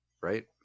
right